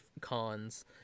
cons